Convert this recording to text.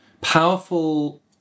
powerful